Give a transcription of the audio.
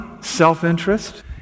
self-interest